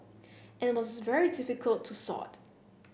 and it is very difficult to sort